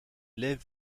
lève